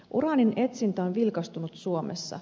uraanin etsintä on vilkastunut suomessa